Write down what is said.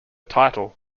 title